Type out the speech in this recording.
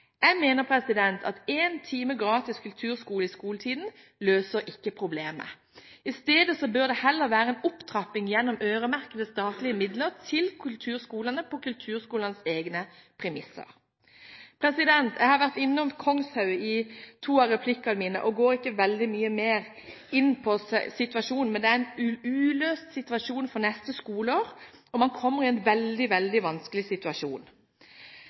Jeg mener at én time gratis kulturskole i skoletiden ikke løser problemet. I stedet bør det være en opptrapping gjennom øremerkede statlige midler til kulturskolene på kulturskolenes egne premisser. Jeg har vært innom Kongshaug i to av replikkene mine og går ikke veldig mye mer inn på situasjonen der, men det er en uløst situasjon for neste skoleår, og man kommer i en veldig vanskelig situasjon.